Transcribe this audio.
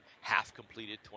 half-completed